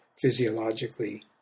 physiologically